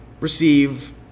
receive